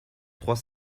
trois